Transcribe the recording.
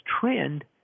trend